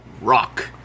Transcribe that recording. rock